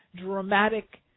dramatic